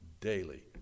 daily